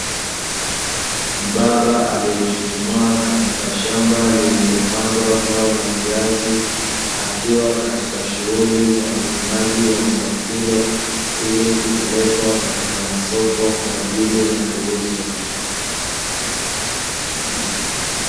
Mbaba aliye chuchumaa katika shamba lililo padwa zao la viazi, akiwa katika shughuli za uvunaji wa zao hilo, ili kupelekwa katika masoko kwa ajili ya kuuzwa.